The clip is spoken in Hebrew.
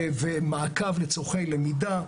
ומעקב לצרכי למידה,